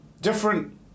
different